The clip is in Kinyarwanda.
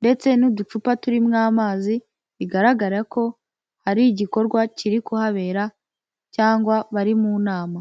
ndetse n'uducupa turimo amazi, bigaragara ko ari igikorwa kiri kuhabera cyangwa bari mu nama.